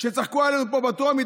כשצחקו עלינו פה בטרומית,